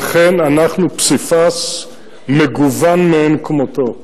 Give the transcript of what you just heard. ואכן אנחנו פסיפס מגוון מאין כמותו.